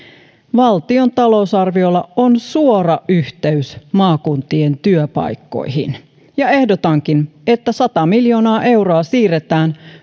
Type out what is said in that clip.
valtion talousarviolla on suora yhteys maakuntien työpaikkoihin ja ehdotankin että sata miljoonaa euroa siirretään